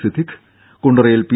സിദ്ദീഖ് കുണ്ടറയിൽ പി